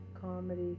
comedy